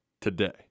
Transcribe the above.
today